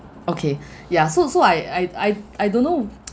okay ya so so I I I I don't know